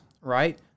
right